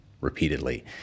repeatedly